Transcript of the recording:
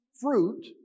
fruit